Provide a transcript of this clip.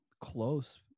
close